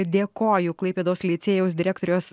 dėkoju klaipėdos licėjaus direktoriaus